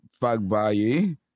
Fagbaye